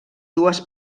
dues